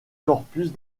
corpus